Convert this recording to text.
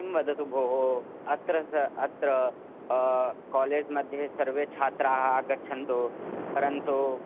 किं वदतु भोः अत्र सर्वे अत्र कालेज् मध्ये सर्वे छात्राः आगच्छन्तु परन्तु